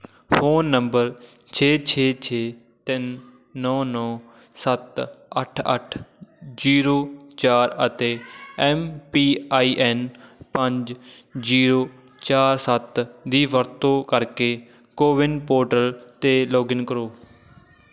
phone number ਛੇ ਛੇ ਛੇ ਤਿੰਨ ਨੌ ਨੌ ਸੱਤ ਅੱਠ ਅੱਠ ਜ਼ੀਰੋ ਚਾਰ ਅਤੇ ਐੱਮ ਪੀ ਆਈ ਐੱਨ ਪੰਜ ਜ਼ੀਰੋ ਚਾਰ ਸੱਤ ਦੀ ਵਰਤੋਂ ਕਰਕੇ ਕੋਵਿਨ ਪੋਰਟਲ 'ਤੇ ਲੌਗਇਨ ਕਰੋ